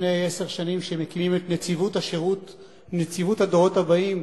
לפני עשר שנים, שמקימים את נציבות הדורות הבאים,